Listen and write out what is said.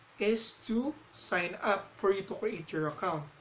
is to sign up for you to create your account